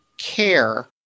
care